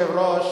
האופוזיציה,